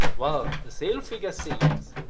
well, the sale figures say yes.